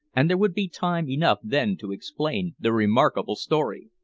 and there would be time enough then to explain the remarkable story.